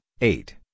eight